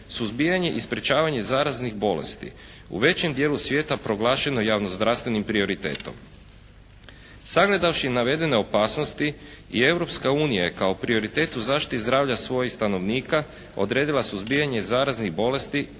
suzbijanje i sprječavanje zaraznih bolesti u većem dijelu svijeta proglašeno javno zdravstvenim prioritetom. Sagledavši navedene opasnosti i Europska unija je kao prioritet u zaštiti zdravlja svojih stanovnika odredila suzbijanje zaraznih bolesti,